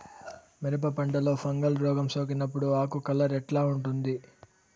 మిరప పంటలో ఫంగల్ రోగం సోకినప్పుడు ఆకు కలర్ ఎట్లా ఉంటుంది?